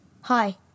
hi